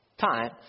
time